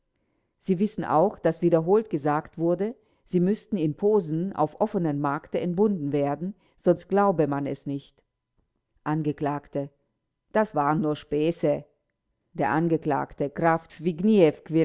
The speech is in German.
sie wissen auch daß wiederholt gesagt wurde sie müßten in posen auf offenem markte entbunden werden sonst glaube man es nicht angekl das waren nur späße der angeklagte